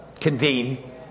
convene